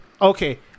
Okay